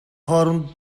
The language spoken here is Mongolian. хооронд